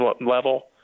level